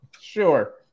Sure